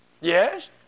Yes